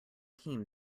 team